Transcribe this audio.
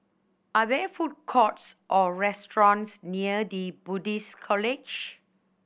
are there food courts or restaurants near The Buddhist College